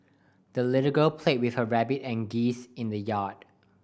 the little girl played with her rabbit and geese in the yard